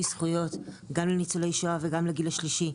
זכויות גם לניצולי שואה וגם לגיל השלישי,